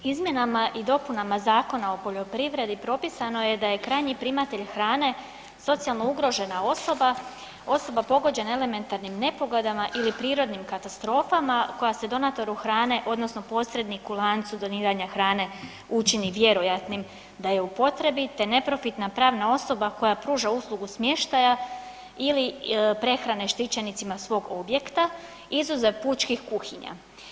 Izmjenama i dopunama Zakona o poljoprivredi propisano je da je krajnji primatelj hrane socijalno ugrožena osoba, osoba pogođena elementarnim nepogodama ili prirodnim katastrofama koja se donatoru hrane odnosno posredniku u lancu doniranja hrane učini vjerojatnim da je u potrebi, te neprofitna pravna osoba koja pruža uslugu smještaja ili prehrane štićenicima svog objekta izuzev pučkih kuhinja.